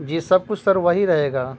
جی سب کچھ سر وہی رہے گا